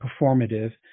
performative